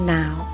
now